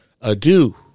adieu